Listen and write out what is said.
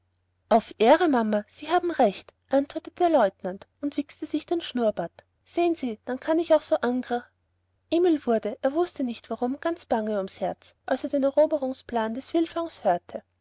auf ehre mama sie haben recht antwortete der leutnant und wichste sich den schnurrbart sehen sie dann kann ich auch so angr emil wurde er wußte nicht warum ganz bange ums herz als er den eroberungsplan des wildfangs hörte